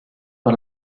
par